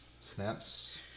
snaps